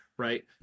right